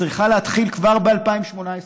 שצריכה להתחיל כבר ב-2018,